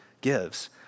gives